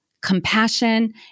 compassion